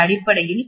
5 கிடைக்கும்